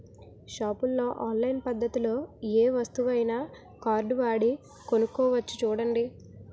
షాపుల్లో ఆన్లైన్ పద్దతిలో ఏ వస్తువునైనా కార్డువాడి కొనుక్కోవచ్చు చూడండి